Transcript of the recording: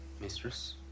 Mistress